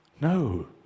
No